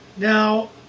Now